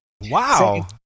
Wow